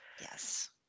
Yes